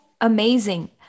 amazing